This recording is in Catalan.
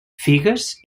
figues